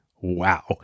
Wow